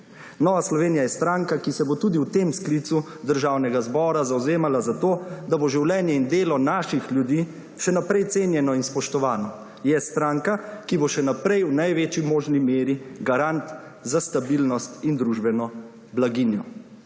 Nova Slovenija je stranka, ki se bo tudi v tem sklicu Državnega zbora zavzemala za to, da bo življenje in delo naših ljudi še naprej cenjeno in spoštovano. Je stranka, ki bo še naprej v največji možni meri garant za stabilnost in družbeno blaginjo.